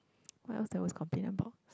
what else did I always complain about